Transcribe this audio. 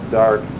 dark